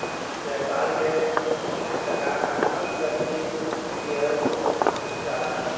व्यापार के सकारात्मक गति दिहल जाला